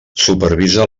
supervisa